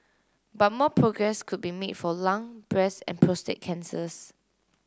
but more progress could be made for lung breast and prostate cancers